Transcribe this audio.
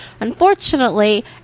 Unfortunately